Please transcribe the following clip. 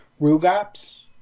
Rugops